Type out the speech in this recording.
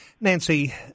Nancy